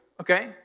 okay